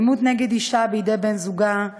האלימות נגד אישה בידי בן-זוגה,